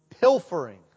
pilfering